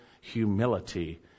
humility